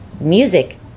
music